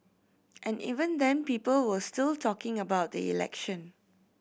and even then people were still talking about the election